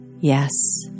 yes